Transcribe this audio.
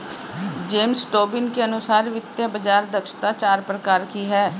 James Tobin के अनुसार वित्तीय बाज़ार दक्षता चार प्रकार की है